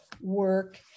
work